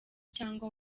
cyangwa